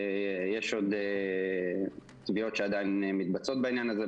יש עוד סוגיות שעדיין מתבצעות בעניין הזה,